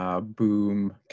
boom